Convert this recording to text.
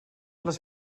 les